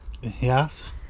yes